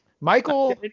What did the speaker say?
michael